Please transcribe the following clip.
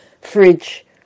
fridge